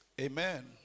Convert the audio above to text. Amen